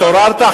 התעוררת,